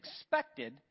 expected